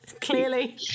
Clearly